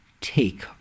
take